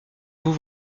vous